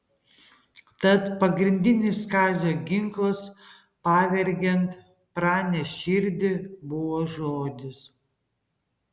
tad pagrindinis kazio ginklas pavergiant pranės širdį buvo žodis